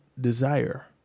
desire